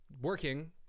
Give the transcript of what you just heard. working